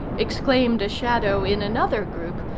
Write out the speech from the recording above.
exclaimed a shadow in another group,